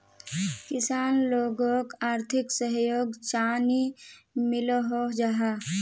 किसान लोगोक आर्थिक सहयोग चाँ नी मिलोहो जाहा?